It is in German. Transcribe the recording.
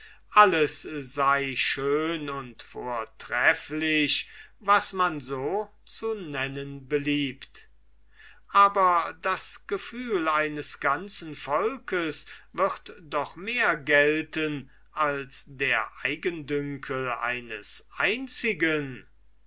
alles sei schön und vortrefflich was man so zu nennen beliebt aber das gefühl eines ganzen volkes wird doch mehr gelten als der eigendünkel eines einzigen